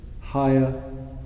higher